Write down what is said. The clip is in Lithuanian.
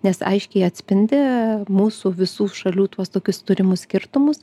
nes aiškiai atspindi mūsų visų šalių tuos tokius turimus skirtumus